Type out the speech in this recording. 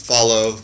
Follow